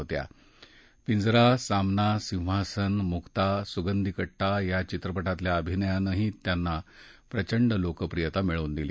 पिंजरा सामना सिंहासन मुका सुगंधी कट्टा या चित्रपटातल्या अभिनयानंही त्यांना प्रचंड लोकप्रियता मिळवून दिली